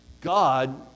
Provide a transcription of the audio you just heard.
God